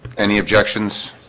any objections